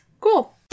Cool